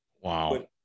Wow